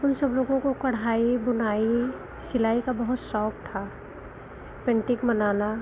उन सब लोगों को कढ़ाई बुनाई सिलाई का बहुत शौक था पेन्टिक बनाना